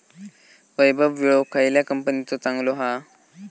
वैभव विळो खयल्या कंपनीचो चांगलो हा?